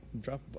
drop